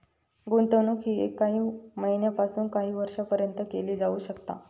गुंतवणूक ही काही महिन्यापासून काही वर्षापर्यंत केली जाऊ शकता